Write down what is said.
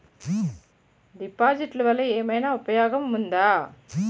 డిపాజిట్లు వల్ల ఏమైనా ఉపయోగం ఉందా?